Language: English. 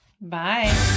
Bye